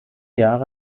jahre